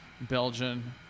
Belgian